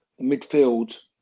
midfield